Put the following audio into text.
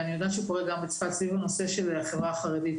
ואני יודעת שהוא קורה גם בצפת סביב הנושא של החברה החרדית.